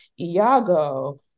Iago